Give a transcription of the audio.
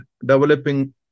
developing